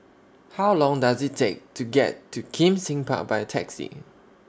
How Long Does IT Take to get to Kim Seng Park By Taxi